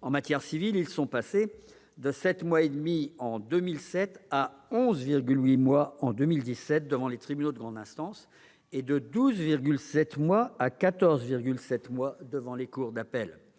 En matière civile, ils sont passés de 7,5 mois en 2007 à 11,8 mois en 2017 devant les tribunaux de grande instance, et de 12,7 mois à 14,7 mois devant les cours d'appel.